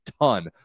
ton